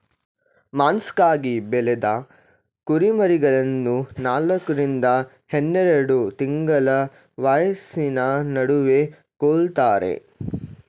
ಮಾಂಸಕ್ಕಾಗಿ ಬೆಳೆದ ಕುರಿಮರಿಗಳನ್ನು ನಾಲ್ಕ ರಿಂದ ಹನ್ನೆರೆಡು ತಿಂಗಳ ವಯಸ್ಸಿನ ನಡುವೆ ಕೊಲ್ತಾರೆ